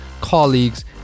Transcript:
colleagues